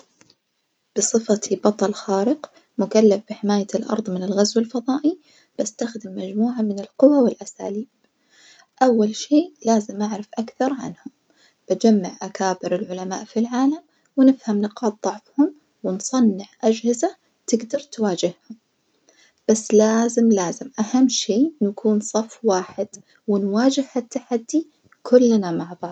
بصفتي بطل خارق مكلف بحماية الأرض من الغزو الفضائي بستخدم مجموعة من القوى والأساليب, أول شي لازم أعرف أكثر عنهم، بجمع أكابر العلماء في العالم ونفهم نقاط ضعفهم ونصنع أجهزة تقدر تواجههم, بس لازم لازم أهم شي نكون صف واحد ونواجه التحدي كلنا مع بعض.